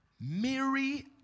Mary